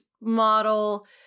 model